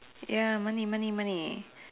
ya money money money